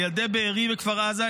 על ילדי בארי וכפר עזה,